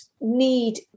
need